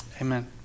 Amen